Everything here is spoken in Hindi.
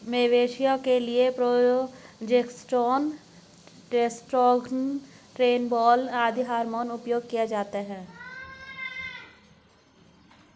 मवेशियों के लिए प्रोजेस्टेरोन, टेस्टोस्टेरोन, ट्रेनबोलोन आदि हार्मोन उपयोग किया जाता है